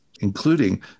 including